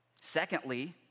Secondly